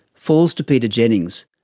falls to peter jennings.